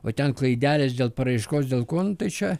o ten klaidelės dėl paraiškos dėl ko nu tai čia